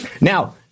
Now